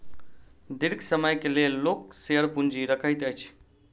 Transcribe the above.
दीर्घ समय के लेल लोक शेयर पूंजी रखैत अछि